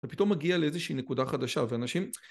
זה פתאום מגיע לאיזושהי נקודה חדשה ואנשים